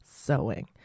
sewing